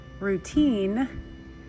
routine